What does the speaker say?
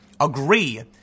agree